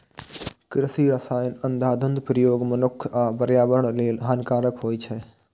कृषि रसायनक अंधाधुंध प्रयोग मनुक्ख आ पर्यावरण लेल हानिकारक होइ छै